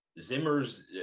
Zimmer's